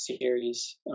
Series